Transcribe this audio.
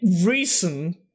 reason